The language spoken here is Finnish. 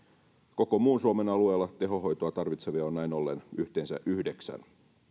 koko muun suomen alueella tehohoitoa tarvitsevia on näin ollen yhteensä yhdeksän